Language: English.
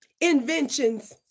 inventions